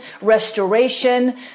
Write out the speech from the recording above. restoration